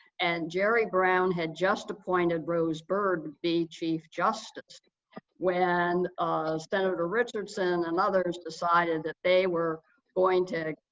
and jerry brown had just appointed rose byrd to be chief justice when senator richardson and others decided that they were going, to,